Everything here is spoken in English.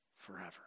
forever